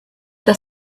the